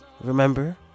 remember